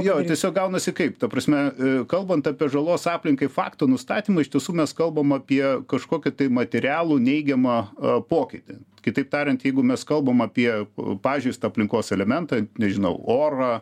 jo tiesiog gaunasi kaip ta prasme kalbant apie žalos aplinkai fakto nustatymą iš tiesų mes kalbam apie kažkokį materialų neigiamą a pokytį kitaip tariant jeigu mes kalbam apie pažeistą aplinkos elementą nežinau orą